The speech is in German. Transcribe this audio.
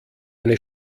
eine